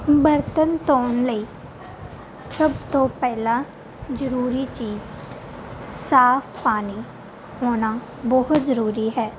ਬਰਤਨ ਧੋਣ ਲਈ ਸਭ ਤੋਂ ਪਹਿਲਾਂ ਜ਼ਰੂਰੀ ਚੀਜ਼ ਸਾਫ਼ ਪਾਣੀ ਹੋਣਾ ਬਹੁਤ ਜ਼ਰੂਰੀ ਹੈ